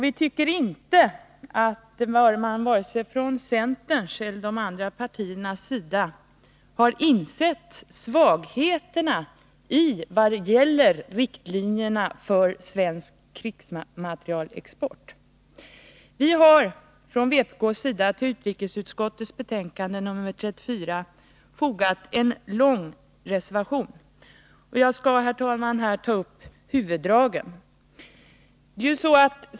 Vi tycker inte att man vare sig från centerns eller från de andra partiernas sida har insett svagheterna i de riktlinjer som gäller för svensk krigsmaterielexport. Herr talman! Vpk har till utrikesutskottets betänkande nr 34 fogat en lång reservation. Jag skall här endast beröra huvuddragen i den.